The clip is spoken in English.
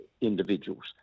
individuals